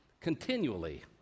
continually